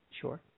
Sure